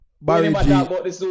Barry